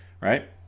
Right